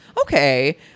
okay